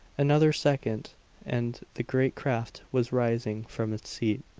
another second and the great craft was rising from its seat.